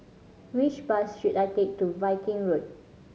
which bus should I take to Viking Road